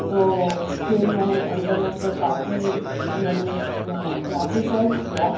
تو پھر میں انٹرنیٹ پر کافی میں نے جا کے سرچ کیا